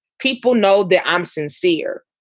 people know that i'm sincere.